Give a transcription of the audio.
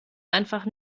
einfach